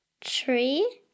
Tree